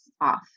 off